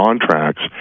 contracts